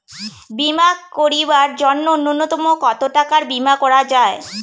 বীমা করিবার জন্য নূন্যতম কতো টাকার বীমা করা যায়?